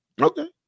Okay